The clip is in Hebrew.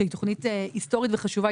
שהיא תוכנית היסטורית וחשובה,